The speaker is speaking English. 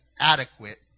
adequate